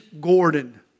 Gordon